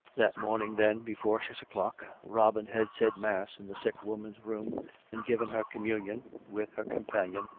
that morning then, before six o'clock, robin had said mass in the sick woman's room and given her communion, with her companion,